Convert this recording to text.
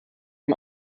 dem